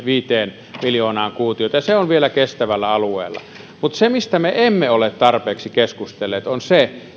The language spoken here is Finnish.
viiva kahdeksankymmentäviisi miljoonaa kuutiota ja se on vielä kestävällä alueella mutta se mistä me emme ole tarpeeksi keskustelleet on se